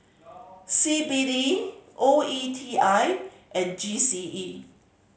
C B D O E T I and G C E